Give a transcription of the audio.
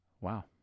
Wow